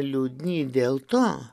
liūdni dėl to